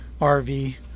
rv